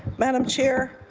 madam chair,